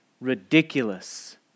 ridiculous